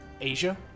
Asia